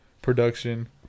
Production